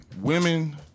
women